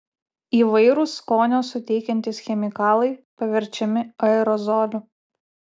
įvairūs skonio suteikiantys chemikalai paverčiami aerozoliu